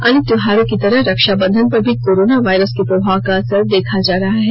अन्य त्योहारों की तरह रक्षा बंधन पर भी कोरोना वायरस के प्रभाव का असर देखा जा रहा है